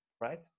right